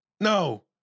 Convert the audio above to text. No